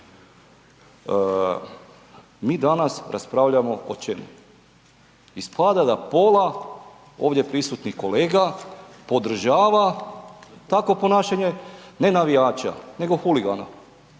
mi danas raspravljamo o čemu? Ispada da pola ovdje pola prisutnih kolega podržava takvo ponašanje ne navijača, nego huligana.